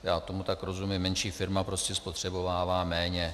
Já tomu tak rozumím, menší firma prostě spotřebovává méně.